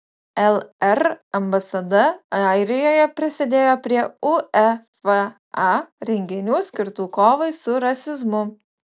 lr ambasada airijoje prisidėjo prie uefa renginių skirtų kovai su rasizmu